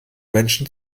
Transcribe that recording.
menschen